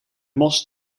mos